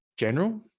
general